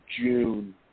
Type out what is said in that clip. June